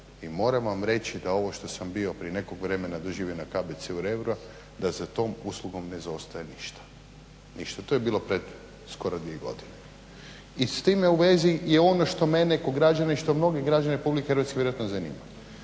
i moram vam reći da ovo što sam bio prije nekog vremena doživio na KBC-u Rebro da za tom uslugom ne zaostaje ništa. To je bilo pred skoro dvije godine. I s time u vezi je ono što mene kao građanina i što mnoge građane RH vjerojatno zanima,